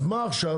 אז מה עכשיו?